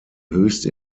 höchste